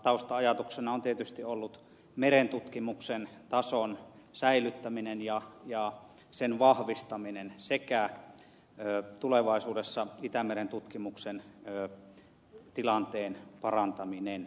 tausta ajatuksena on tietysti ollut merentutkimuksen tason säilyttäminen ja sen vahvistaminen sekä tulevaisuudessa itämeren tutkimuksen tilanteen parantaminen